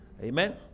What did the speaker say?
Amen